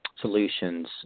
solutions